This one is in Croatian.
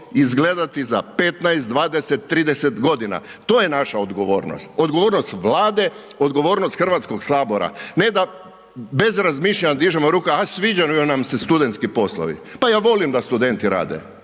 izgledati za 15, 20, 30 g., to je naša odgovornost. Odgovornost Vlade, odgovornost Hrvatskog sabora. Ne da bez razmišljanja dižemo ruke, a sviđaju nam se studentski poslovi. Pa ja volim da studenti rade,